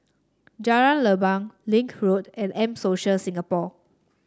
Jalan Leban Link Road and M Social Singapore